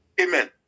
amen